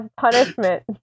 punishment